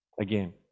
again